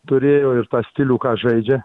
turėjo ir tą stilių ką žaidžia